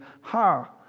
Ha